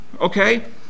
Okay